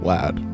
Lad